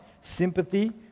sympathy